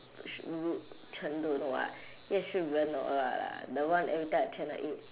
shi~ ru~ chen don't know what ye shi ren or what lah the one every time at channel eight